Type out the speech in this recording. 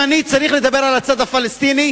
אם אני צריך לדבר על הצד הפלסטיני,